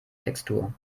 textur